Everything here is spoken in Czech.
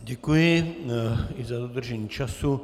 Děkuji i za dodržení času.